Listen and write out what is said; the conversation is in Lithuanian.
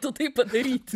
tu tai padaryti